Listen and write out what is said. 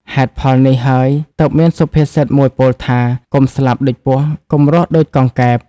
ហេតុផលនេះហើយទើបមានសុភាសិតមួយពោលថា « កុំស្លាប់ដូចពស់ កុំរស់ដូចកង្កែប » ។